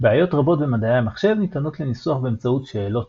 בעיות רבות במדעי המחשב ניתנות לניסוח באמצעות שאלות